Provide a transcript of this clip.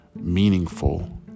meaningful